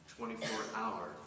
24-hour